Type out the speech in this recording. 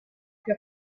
più